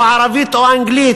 ערבית או אנגלית,